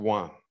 one